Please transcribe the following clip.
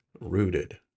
rooted